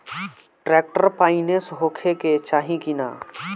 Tractor finance होखे के चाही कि ना?